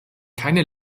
keine